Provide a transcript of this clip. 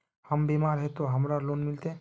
हम बीमार है ते हमरा लोन मिलते?